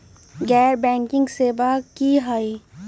गैर बैंकिंग सेवा की होई?